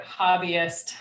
hobbyist